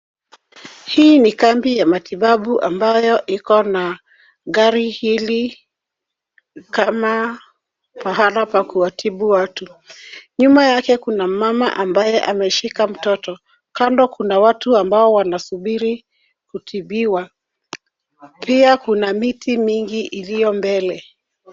Hii ni kambi ya matibabu ambayo iko na gari hili kama pahala pa kuwatibu watu. Nyuma yake kuna mama ambaye ameshika mtoto. Kando kuna watu amabao wanasubiri kutibiwa, pia kuna miti mingi ilio mbele.